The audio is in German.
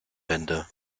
bände